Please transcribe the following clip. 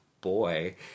boy